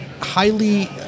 highly